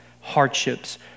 hardships